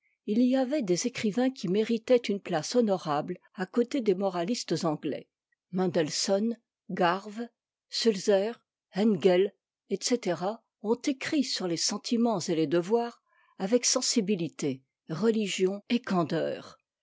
il y avait des écrivains qui méritaient une place honorable à côté des moralistes anglais mendeisohn gàrve sulzer engel etc ont écrit sur les sentiments et les devoirs avec sensibilité religion et candeur